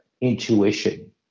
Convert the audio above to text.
intuition